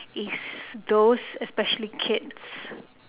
is those especially kids